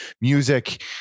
music